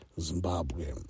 Zimbabwe